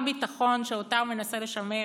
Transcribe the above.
שאותה הוא מנסה לשמר,